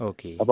Okay